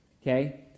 Okay